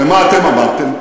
ומה אתם אמרתם?